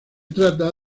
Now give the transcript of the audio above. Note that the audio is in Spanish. trata